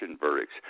verdicts